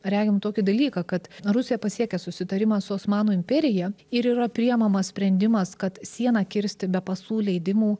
regim tokį dalyką kad rusija pasiekė susitarimą su osmanų imperija ir yra priimamas sprendimas kad sieną kirsti be pasų leidimų